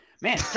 Man